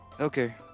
Okay